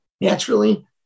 naturally